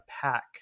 pack